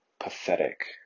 pathetic